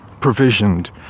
provisioned